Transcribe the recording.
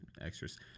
extras